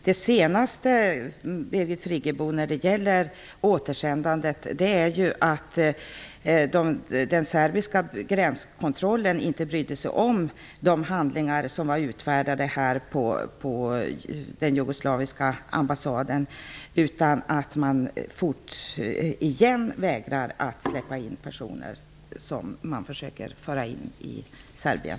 Den senaste uppgiften när det gäller återsändandet, Birgit Friggebo, är att den serbiska gränskontrollen inte brydde sig om de handlingar som var utfärdade vid den jugoslaviska ambassaden, utan man vägrade åter att släppa in personer som vi försöker föra in i Serbien.